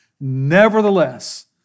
nevertheless